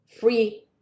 free